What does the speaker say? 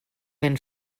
ben